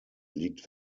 liegt